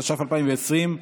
התש"ף 2020,